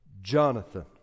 Jonathan